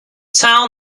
town